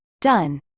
done